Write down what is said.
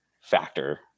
factor